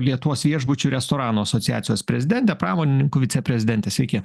lietuvos viešbučiųir restoranų asociacijos prezidentė pramonininkų viceprezidentė sveiki